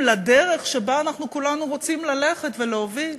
לדרך שבה אנחנו כולנו רוצים ללכת ולהוביל.